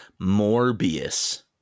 Morbius